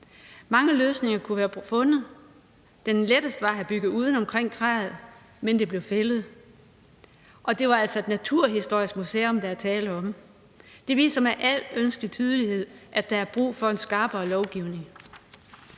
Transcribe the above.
Mange løsninger kunne være blevet fundet. Den letteste var at have bygget uden om træet, men det blev fældet – og det er altså et naturhistorisk museum, der er tale om. Det viser med al ønskelig tydelighed, at der er brug for en skrappere lovgivning.